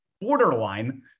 borderline